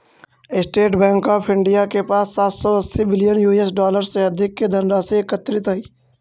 state Bank of India के पास सात सौ अस्सी बिलियन यूएस डॉलर से अधिक के धनराशि एकत्रित हइ